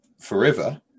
forever